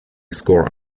score